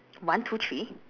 one two three